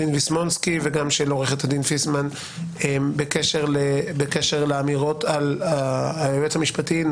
ויסמונסקי וגם של עו"ד פיסמן בקשר לאמירות על היועץ המשפטי,